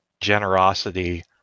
generosity